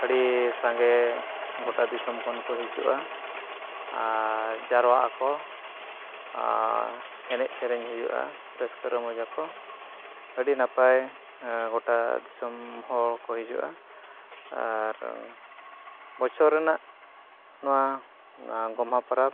ᱟᱹᱰᱤ ᱥᱟᱸᱜᱮ ᱜᱚᱴᱟ ᱫᱤᱥᱚᱢ ᱠᱷᱚᱱ ᱠᱚ ᱦᱤᱡᱩᱜᱼᱟ ᱟᱨ ᱡᱟᱨᱚᱣᱟᱜ ᱟᱠᱚ ᱟᱨ ᱮᱱᱮᱡ ᱥᱮᱨᱮᱧ ᱦᱩᱭᱩᱜᱼᱟ ᱨᱟᱹᱥᱠᱟᱹ ᱨᱚᱢᱚᱡᱽ ᱟᱠᱚ ᱟᱹᱰᱤ ᱱᱟᱯᱟᱭ ᱜᱚᱴᱟ ᱫᱤᱥᱚᱢ ᱦᱚᱲ ᱠᱚ ᱦᱤᱡᱩᱜᱼᱟ ᱟᱨ ᱵᱚᱪᱷᱚᱨ ᱨᱮᱱᱟᱜ ᱱᱚᱣᱟ ᱜᱚᱢᱦᱟ ᱯᱚᱨᱚᱵᱽ